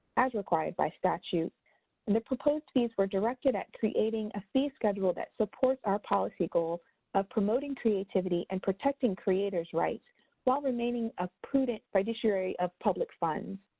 as required by statute. and the proposed fees were directed at creating a fee schedule that supports our policy goals of promoting creativity and protecting creators' rights while remaining a prudent fiduciary of public funds.